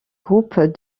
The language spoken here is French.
groupes